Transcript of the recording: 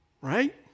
Right